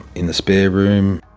in the spare room,